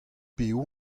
piv